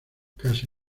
casi